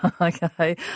Okay